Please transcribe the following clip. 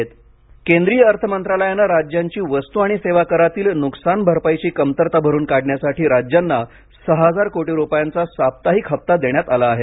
जी S T केंद्रीय अर्थ मंत्रालयाने राज्यांची वस्तू आणि सेवा करातील नुकसान भरपाईची कमतरता भरून काढण्यासाठी राज्यांना सहा हजार कोटी रुपयांचा साप्ताहिक हप्ता देण्यात आला आहे